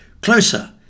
closer